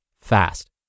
fast